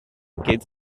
kids